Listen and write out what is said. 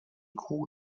kuh